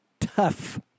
tough